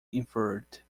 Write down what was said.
inferred